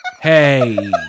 Hey